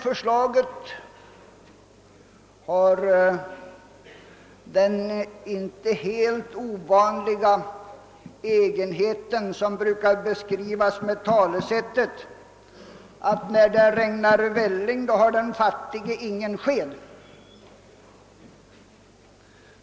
Förslaget har emellertid den inte helt ovanliga egenbpt, som brukar beskrivas med talesättet att när det regnar välling har den fattige ingen sked.